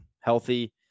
healthy